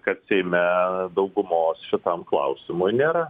kad seime daugumos šitam klausimui nėra